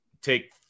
take